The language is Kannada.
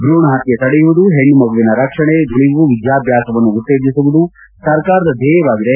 ಭೂಣ ಹತ್ಕೆ ತಡೆಯುವುದು ಹೆಣ್ಣು ಮಗುವಿನ ರಕ್ಷಣೆ ಉಳವು ವಿದ್ಯಾಭ್ಯಾಸವನ್ನು ಉತ್ತೇಜಿಸುವುದು ಸರ್ಕಾರದ ಧ್ಯೇಯವಾಗಿದೆ